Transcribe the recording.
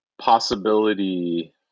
possibility